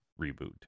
reboot